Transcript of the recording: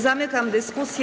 Zamykam dyskusję.